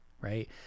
right